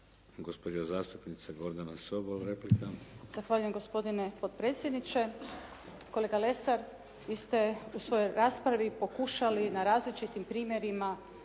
Gospođa zastupnica Gordana Sobol, replika. **Sobol, Gordana (SDP)** Zahvaljujem gospodine potpredsjedniče. Kolega Lesar vi ste u svojoj raspravi pokušali na različitim primjerima